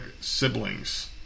siblings